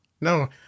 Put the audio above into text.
no